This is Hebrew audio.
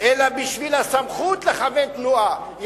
אלא בשביל הסמכות לכוון תנועה.